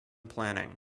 planning